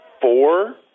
four